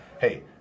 hey